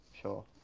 sure